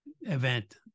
event